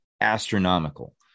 astronomical